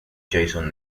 jason